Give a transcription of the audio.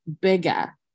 bigger